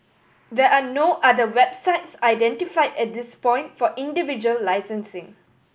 there are no other websites identified at this point for individual licensing